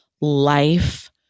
life